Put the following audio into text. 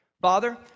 Father